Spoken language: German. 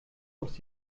aus